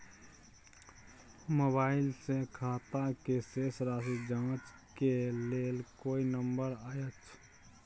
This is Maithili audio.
मोबाइल से खाता के शेस राशि जाँच के लेल कोई नंबर अएछ?